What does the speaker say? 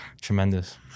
tremendous